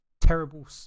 terrible